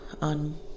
on